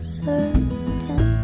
certain